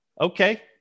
Okay